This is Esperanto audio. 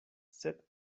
sed